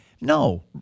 no